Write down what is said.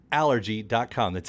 allergy.com